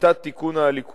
שיטת תיקון הליקויים,